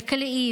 כלכליים